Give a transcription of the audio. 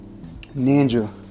Ninja